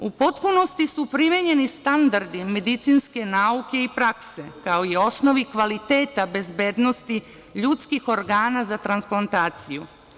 U potpunosti su primenjeni standardi medicinske nauke i prakse, kao i osnovi kvaliteta bezbednosti ljudskih organa za transplantaciju.